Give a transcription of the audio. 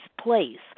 place